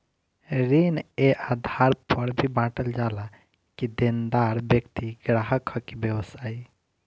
ऋण ए आधार पर भी बॉटल जाला कि देनदार व्यक्ति ग्राहक ह कि व्यवसायी